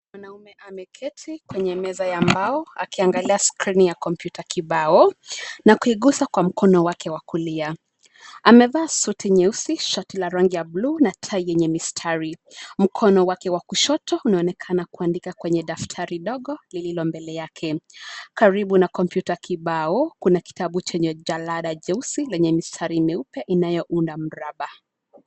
Mwanaume ameketi kwenye meza ya mbao akiangalia skrini ya kompyuta kibao na kuigusa kwa mkono wake wa kulia. Amevaa suti nyeusi, shati la rangi ya buluu na tai yenye mistari. Mkono wake wa kushoto unaonekana kuandika kwenye daftari dogo lililo mbele yake. Karibu na kompyuta kibao kuna kitabu chenye jalada jeusi lenye mistari meupe inayounda mraba.